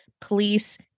police